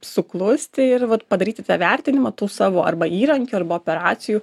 suklusti ir vat padaryti tą vertinimą tų savo arba įrankių arba operacijų